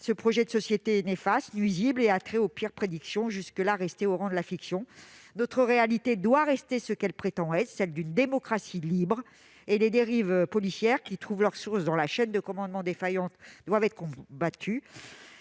projet de société est néfaste, nuisible. Il évoque les pires prédictions, jusque-là restées au rang de fictions ! Notre société doit rester ce qu'elle prétend être : une démocratie libre ! Et les dérives policières, dont la source réside dans une chaîne de commandement défaillante, doivent être combattues